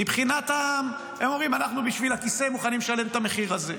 מבחינתם הם אומרים: אנחנו בשביל הכיסא מוכנים לשלם את המחיר הזה.